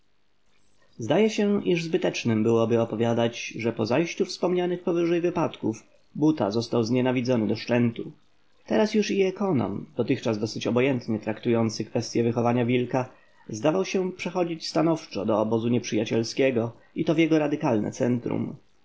zdaje się iż zbytecznem byłoby opowiadać że po zajściu wspomnianych powyżej wypadków buta został znienawidzony do szczętu teraz już i ekonom dotychczas dosyć obojętnie traktujący kwestyę wychowania wilka zdawał się przechodzić stanowczo do obozu nieprzyjacielskiego i to w jego radykalne centrum